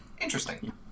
interesting